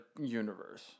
universe